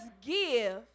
give